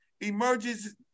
Emerges